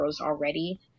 already